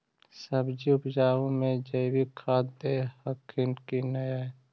सब्जिया उपजाबे मे जैवीक खाद दे हखिन की नैय?